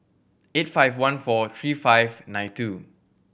eight five one four three five nine two